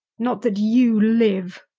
not that you live.